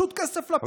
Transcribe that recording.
פשוט כסף לפח.